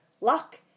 Luck